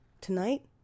tonight